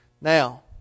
Now